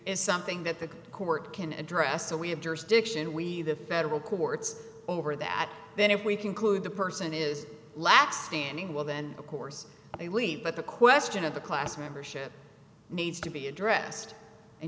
is something that the court can address so we have jurisdiction we the federal courts over that then if we conclude the person is lax standing well then of course they leave but the question of the class membership needs to be addressed and